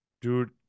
Dude